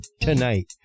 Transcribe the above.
tonight